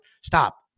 stop